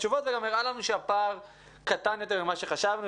תשובות וגם הראה לנו שהפער קטן יותר ממה שחשבנו,